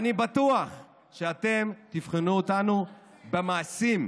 ואני בטוח שאתם תבחנו אותנו, איפה זה בתקציב?